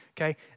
okay